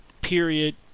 period